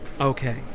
okay